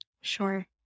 Sure